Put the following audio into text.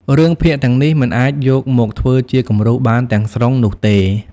រឿងភាគទាំងនេះមិនអាចយកមកធ្វើជាគំរូបានទាំងស្រុងនោះទេ។